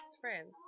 Friends